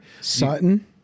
Sutton